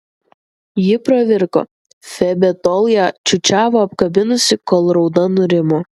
ji pravirko febė tol ją čiūčiavo apkabinusi kol rauda nurimo